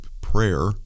prayer